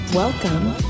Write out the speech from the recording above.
Welcome